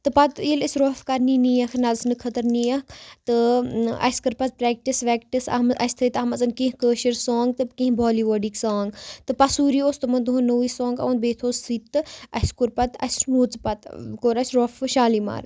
تہٕ پَتہٕ ییٚلہِ أسۍ روف کَرنہِ نِیِکھ نَژنہٕ خٲطرٕ نِیَکھ تہٕ اَسہِ کٔر پَتہٕ پریٚکٹِس ویٚکٹِس اَسہِ تھٲے تَتھ مَنز کیٚنٛہہ کٲشِر سانگ تہٕ کیٚنٛہہ بۄالی وُڑٕک سانگ تہٕ پَسوری اوس تِمَن دۄہَن نووٕے سانگ آمُت تہٕ بیٚیہِ تھو سُہ تہِ تہٕ اَسہِ کوٛر پَتہٕ اَسہِ نوٛژ پَتہٕ کوٛر اَسہِ روٛف شالیمارٕ